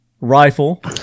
rifle